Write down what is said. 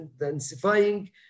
intensifying